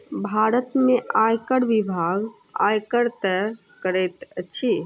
भारत में आयकर विभाग, आयकर तय करैत अछि